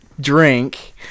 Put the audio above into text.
drink